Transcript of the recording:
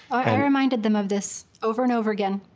i reminded them of this over and over again.